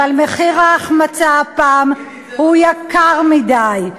אבל מחיר ההחמצה הפעם הוא יקר מדי.